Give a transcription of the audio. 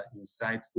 insightful